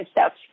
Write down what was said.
steps